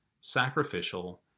sacrificial